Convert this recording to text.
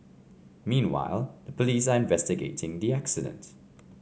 meanwhile the police are investigating the accident